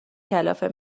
کلافه